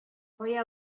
кая